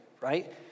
right